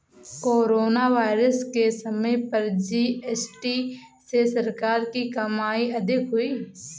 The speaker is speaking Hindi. कोरोना वायरस के समय पर जी.एस.टी से सरकार की कमाई अधिक हुई